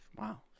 Wow